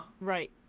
Right